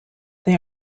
they